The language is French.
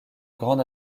grande